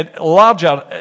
larger